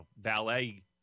valet